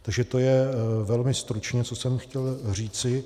Takže to je velmi stručně, co jsem chtěl říci.